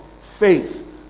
faith